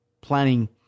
planning